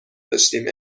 داشتیم